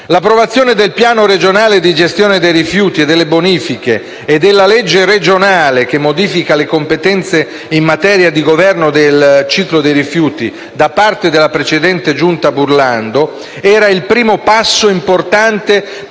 L'approvazione del piano regionale di gestione dei rifiuti e delle bonifiche e della legge regionale che modifica le competenze in materia di governo del ciclo dei rifiuti, da parte della precedente giunta Burlando, era il primo passo importante